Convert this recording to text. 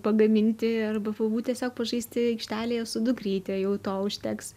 pagaminti arba pabūt tiesiog pažaisti aikštelėje su dukryte jau to užteks